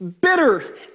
bitter